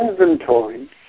inventory